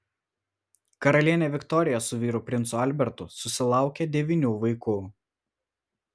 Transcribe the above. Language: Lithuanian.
karalienė viktorija su vyru princu albertu susilaukė devynių vaikų